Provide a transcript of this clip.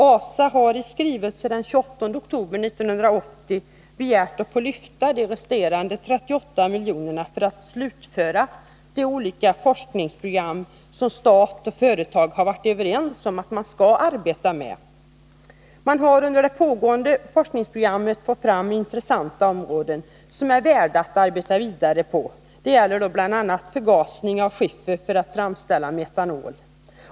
ASA har i skrivelse den 28 oktober 1980 begärt att få lyfta de resterande 38 miljonerna för att slutföra de olika forskningsprogram som stat och företag har varit överens om att man skall arbeta med. Man har under det pågående arbetet med forskningsprogrammet fått fram intressanta områden, som är värda att arbeta vidare på. Det gäller bl.a. förgasning av skiffer för att framställa metanol.